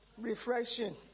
refreshing